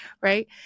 right